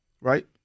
right